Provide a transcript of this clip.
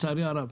לצערי הרב.